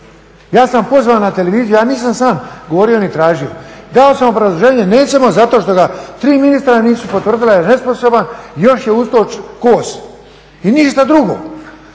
Ja sam pozvan na televiziju, ja nisam sam govorio ni tražio. Dao sam obrazloženje nećemo zato što ga tri ministra nisu potvrdila jer je nesposoban, još je uz to